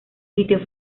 sitio